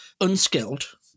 unskilled